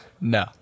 No